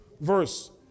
verse